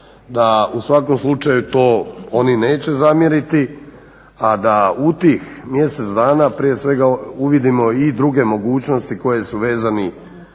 da u svakom slučaju oni to neće zamjeriti. A da u tih mjeseca dana prije svega uvidimo i druge mogućnosti koje su vezani